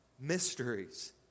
mysteries